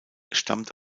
stammt